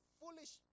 foolish